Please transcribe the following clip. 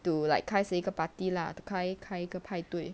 to like 开始一个 party lah to 开开一个派对